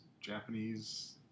Japanese